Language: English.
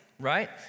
right